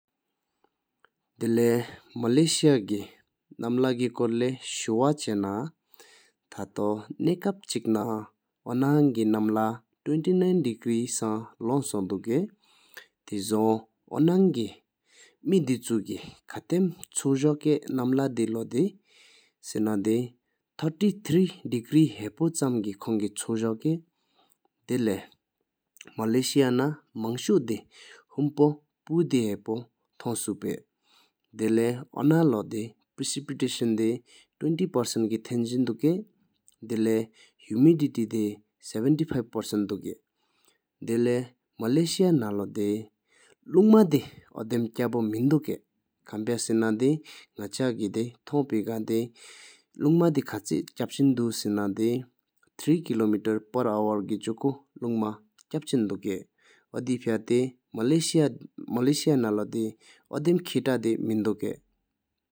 དེ་ལེ མ་ལེ་ཤི་ཡའི་ཁོར་ལོ་ཤུབ་ཧ་ཅ་ལེགས། ཡི་རྫས་གསུམ་རྒྱ་རིང་དགའ་ཡིན། ཚེས་གསུམ་མིག་མའི་ཉིད་ནང་ལྷ་ཉི་ལག་ངོ་ཡ་ ཉི་ལག་ཉི་ལག་དགག དགགདག་ཡག་བསོད་རམ་ རྣམ་ལྷ་འདི་ཟླ་ཚུ་འདེ་བརྩམས་ཤར་གསུམ་ཕྲངས་བསམ་ལིང་འདེར། བསོད་ལྷ་ཉི་ལག་གཉིས་ཚུ་ཤར་བཟུམ། འདུ་རུ་དོག་མང་བསྐྱར་ཞག་དབྱར་སའང་། ཚེས་སྦམ་ཁོ་ཡི་ཆུ་ཇིང་ཟིམས། དོག། དེ་ལེ། ཨོ་ནང་ལོས་ བསྐྱེ་ཚེ ཉི་ལག་གཉིད་ཉི་བསྟོད་ ཉན་ཧ་ནོན་ཡེ་དབྱངས་རླེན། ཚེས་གསུམ་ཆེ་ཨིན། དེ་ལེ་བྷ་བྱང་གཉིས་ཚུདབྱིད་བརྩམས། བསོད་ལག་ཡེ་ཅ་རིགས་ མང་སྙིང་བསྐོས། སྦམིག་ཐངམ་བྭོ་ནང་ཏུ་པ་། འགྲོ་བ་ཚལ། དགའ་ཟ། དེ་ལེ་མ་ལེ་ཤི་ཡ་ནང་གསོ་གསར་རིགས་ཀབ་རཀན ཆོས་འདྲི་ཡ་མར་འཆེན་མིན་ ཏ྄ེཡན་ཟ་བརྡ་ཚེ་རིང་མིང་བསྟོད་ལེ་ཤིས་དེ་རེགས་མོག་འཇིག་གལ་བརཛྷ། ཕ་སྱལ་ན་དགོས་ཏུ་ཆུ་གྱིན་ ནར་ཟེང་ཚོེ་གས་ཚིང་ཚིག་ནའ་གཏོ། ཨོ་དེའུ་ཆུ་ཤུག་ཡེ་ནང་ལེ་ འོ་ལ་འདལ་ས་རཁུ་དེ་དུས་དམ་ཞིམས།